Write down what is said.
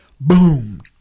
boom